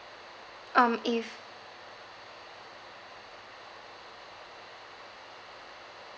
um if